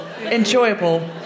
Enjoyable